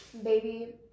Baby